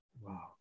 Wow